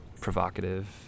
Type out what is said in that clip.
provocative